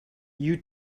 you